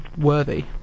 worthy